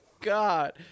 God